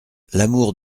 l’amour